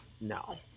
No